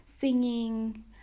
singing